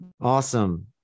Awesome